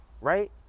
right